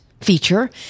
feature